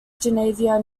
geneva